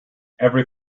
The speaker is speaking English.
every